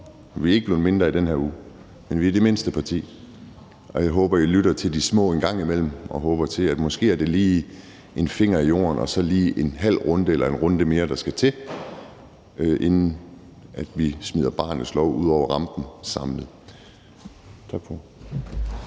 vi er ikke blevet mindre i den her uge, men vi er det mindste parti – at I lytter til de små en gang imellem, og jeg håber, at det måske lige er en finger i jorden og så lige en halv runde eller en runde mere, der skal til, inden vi smider barnets lov ud over rampen samlet. Tak for